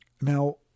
Now